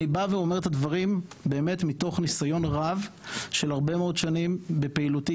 אני אומר את הדברים מתוך ניסיון רב של הרבה מאוד שנים בפעילותי,